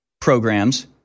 programs